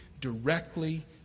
directly